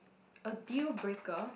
a deal breaker